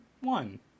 one